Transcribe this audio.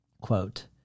quote